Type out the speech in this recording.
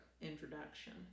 introduction